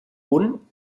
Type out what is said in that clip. punt